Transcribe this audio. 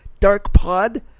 DarkPod